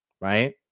Right